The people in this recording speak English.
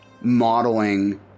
modeling